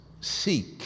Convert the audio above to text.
seek